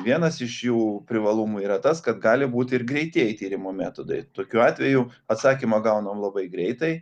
vienas iš jų privalumų yra tas kad gali būti ir greitieji tyrimo metodai tokiu atveju atsakymą gaunam labai greitai